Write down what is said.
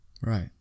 Right